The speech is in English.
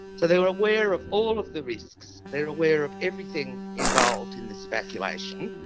so they were aware of all of the risks, they are aware of everything involved in this evacuation,